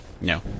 no